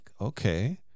okay